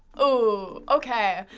ooh, okay.